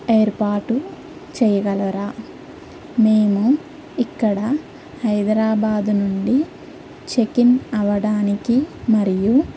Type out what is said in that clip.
ఏర్పాటు చేయగలరా మేము ఇక్కడ హైదరాబాదు నుండి చెక్ఇన్ అవడానికి మరియు